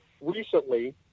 recently